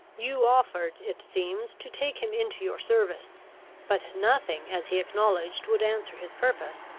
you offered, it seems, to take him into your service but nothing, as he acknowledged, would answer his purpose,